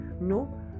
no